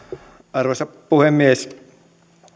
arvoisa puhemies